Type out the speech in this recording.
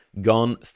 gone